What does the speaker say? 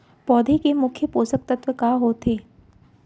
पौधे के मुख्य पोसक तत्व का होथे?